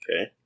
Okay